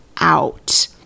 out